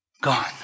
Gone